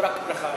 לא רק ברכה.